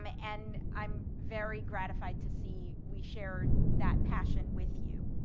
um ah and i'm very gratified to see we share that passion with you.